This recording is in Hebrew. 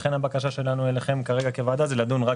ולכן הבקשה שלנו אליכם כרגע אליכם כוועדה זה לדון רק